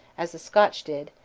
as the scotch did,